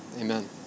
amen